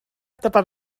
tepat